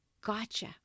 gotcha